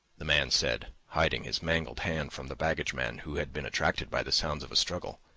the man said, hiding his mangled hand from the baggageman, who had been attracted by the sounds of struggle.